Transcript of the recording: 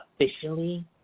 officially